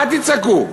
מה תצעקו?